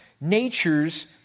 natures